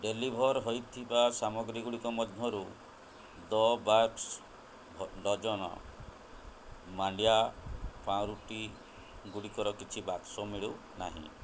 deliver ହେଇଥିବା ସାମଗ୍ରୀଗୁଡ଼ିକ ମଧ୍ୟରୁ ଦ ବ୍ୟାକର୍ସ ଡଜନ୍ ମାଣ୍ଡିଆ ପାଉଁରୁଟିଗୁଡ଼ିକର କିଛି ବାକ୍ସ ମିଳୁନାହିଁ